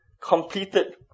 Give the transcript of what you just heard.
completed